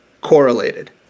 correlated